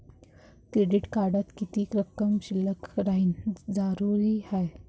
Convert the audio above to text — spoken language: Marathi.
क्रेडिट कार्डात किती रक्कम शिल्लक राहानं जरुरी हाय?